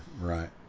right